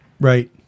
right